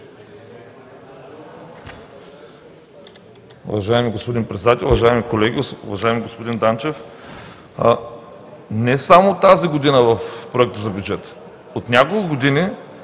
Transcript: Уважаеми господин Председател, уважаеми колеги! Уважаеми господин Данчев, не само тази година в Проекта за бюджета, а от няколко години